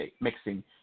mixing